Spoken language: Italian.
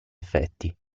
effetti